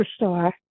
superstar